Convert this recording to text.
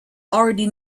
already